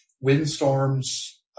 Windstorms